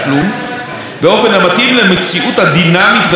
באופן המתאים למציאות הדינמית והמתפתחת.